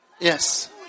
Yes